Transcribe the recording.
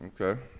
Okay